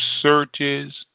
searches